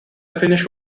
finnish